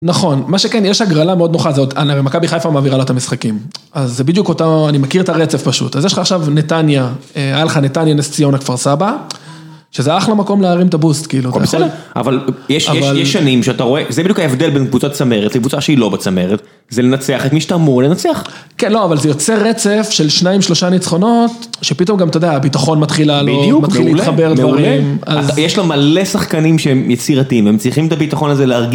נכון מה שכן יש הגרלה מאוד נוחה זאת מכבי חיפה מעבירה לה את המשחקים. אז זה בדיוק אותה... אני מכיר את הרצף פשוט. אז יש לך עכשיו נתניה, היה לך, נתניה, נס ציונה, כפר סבא. שזה אחלה מקום להרים את הבוסט כאילו אבל יש שנים שאתה רואה זה בדיוק ההבדל בין קבוצת צמרת לקבוצה שהיא לא בצמרת זה לנצח את מי שאתה אמור לנצח. כן לא אבל זה יוצא רצף של שניים שלושה ניצחונות שפתאום גם אתה יודע הביטחון מתחיל לעלות מתחיל להתחבר דברים יש לו מלא שחקנים שהם יצירתיים הם צריכים את הביטחון הזה להרגיש.